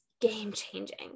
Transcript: game-changing